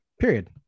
Period